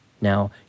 now